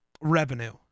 revenue